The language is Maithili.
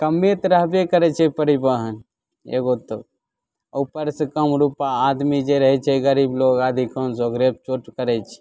कमे तऽ रहबे करैत छै परिबहन एगो तऽ आ ऊपर से कम रूपआ आदमी जे रहैत छै गरीब लोग अधिकांश ओकरे फूट पड़ैत छै